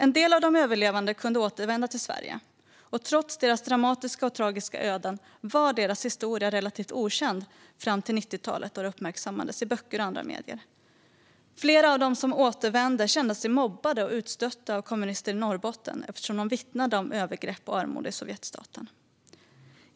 En del av de överlevande kunde återvända till Sverige. Trots deras dramatiska och tragiska öden var deras historia relativt okänd fram till 90-talet, då de uppmärksammades i böcker och andra medier. Flera av dem som återvände kände sig mobbade och utstötta av kommunister i Norrbotten eftersom de vittnade om övergrepp och armod i Sovjetstaten.